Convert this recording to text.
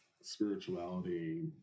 spirituality